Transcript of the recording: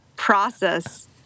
process